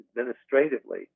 administratively